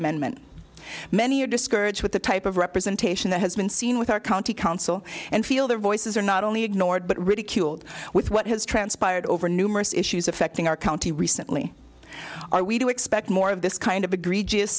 amendment many are discouraged with the type of representation that has been seen with our county council and feel their voices are not only ignored but ridiculed with what has transpired over numerous issues affecting our county recently are we to expect more of this kind of agree just